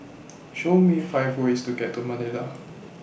Show Me five ways to get to Manila